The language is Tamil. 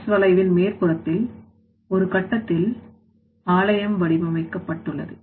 S வளைவின்மேற்புறத்தில் ஒரு கட்டத்தில் ஆலயம் வடிவமைக்கப்பட்டுள்ளது